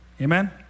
Amen